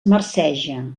marceja